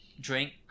Drink